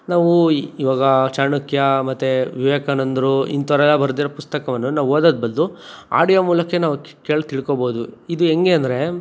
ನಾವು ಇವಾಗ ಚಾಣಕ್ಯ ಮತ್ತು ವಿವೇಕಾನಂದರು ಇಂಥವ್ರೆಲ್ಲ ಬರೆದಿರೋ ಪುಸ್ತಕವನ್ನು ನಾವು ಓದೋದು ಬದಲು ಆಡಿಯೋ ಮೂಲಕವೇ ನಾವು ಕೇಳಿ ತಿಳ್ಕೊಬೋದು ಇದು ಹೆಂಗೆ ಅಂದರೆ